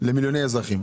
למיליוני אזרחים,